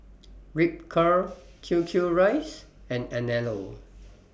Ripcurl Q Q Rice and Anello